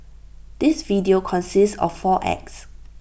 this video consists of four acts